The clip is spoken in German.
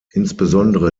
insbesondere